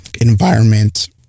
environment